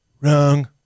Wrong